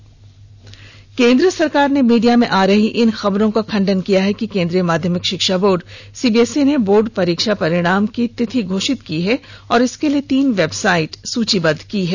social media केन्द्र सरकार ने मीडिया में आ रही इन खबरों का खंडन किया है कि केन्द्रीय माध्यमिक शिक्षा बोर्ड सीबीएसई ने बोर्ड परीक्षा परिणामों की तिथि घोषित कर दी है और इसके लिए तीन वेबसाइट सूचीबद्ध की है